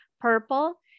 Purple